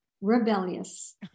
rebellious